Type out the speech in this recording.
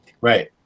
Right